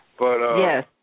Yes